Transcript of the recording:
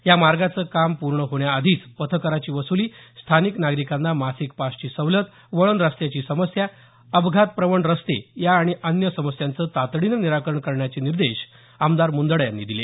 या मार्गाचं काम पूर्ण होण्याआधीच पथकराची वस्त्ली स्थानिक नागरिकांना मासिक पासची सवलत वळण रस्त्याची समस्या अपघातप्रवण रस्ते या आणि अन्य समस्यांचं तातडीनं निराकरण करण्याचे निर्देश आमदार मुंदडा यांनी दिले